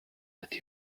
let